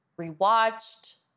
rewatched